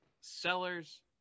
sellers